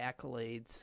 accolades